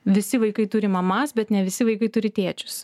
visi vaikai turi mamas bet ne visi vaikai turi tėčius